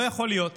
לא יכול להיות